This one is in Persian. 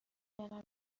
دانم